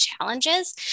challenges